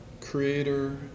Creator